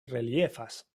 reliefas